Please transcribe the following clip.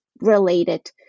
related